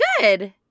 good